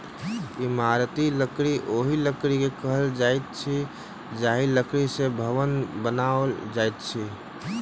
इमारती लकड़ी ओहि लकड़ी के कहल जाइत अछि जाहि लकड़ी सॅ भवन बनाओल जाइत अछि